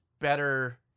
better